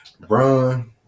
LeBron